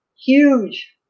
huge